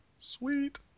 Sweet